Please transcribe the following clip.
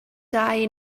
dau